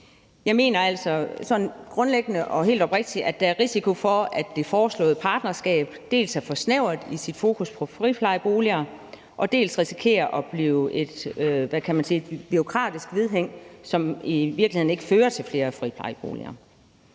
helt oprigtigt, at der er risiko for, at det foreslåede partnerskab dels er for snævert i sit fokus på friplejeboliger, dels risikerer at blive et bureaukratisk vedhæng, som i virkeligheden ikke fører til flere friplejeboliger.